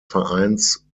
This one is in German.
vereins